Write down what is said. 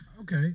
Okay